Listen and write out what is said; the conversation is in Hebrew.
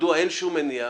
מדוע אין שום מניעה,